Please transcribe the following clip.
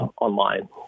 online